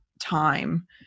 time